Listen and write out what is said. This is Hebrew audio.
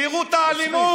תראו את האלימות,